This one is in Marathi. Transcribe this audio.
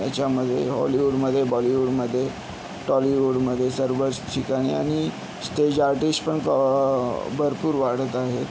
याच्यामध्ये हॉलीवुडमध्ये बॉलीवूडमध्ये टॉलीवूडमध्ये सर्वच ठिकाणी आणि स्टेज आर्टिस्ट पण भरपूर वाढत आहे